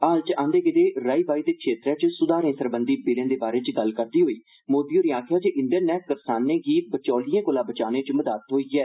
हाल च आंदे गेदे राई बाई दे क्षेत्रैं च सुधारे सरबंधी बिलें दे बारे च गल्ल करदे होई मोदी होरें आक्खेया जे इन्दे नै करसानै गी बचौलिये कोला बचाने च मदद थोई ऐ